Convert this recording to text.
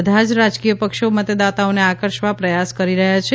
બધા જ રાજકીય પક્ષો મતદાતાઓને આકર્ષવા પ્રયાસ કરી રહ્યા છે